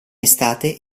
estate